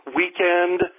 weekend